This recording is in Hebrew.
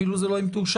זה אפילו לא אם תאושרנה,